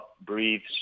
breathes